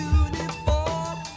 uniform